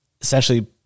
essentially